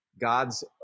God's